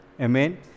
Amen